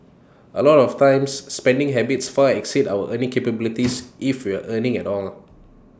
A lot of times spending habits far exceeds our earning capabilities if we're earning at all